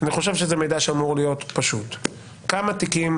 אני חושב שזה מידע שאמור להיות פשוט כמה תיקים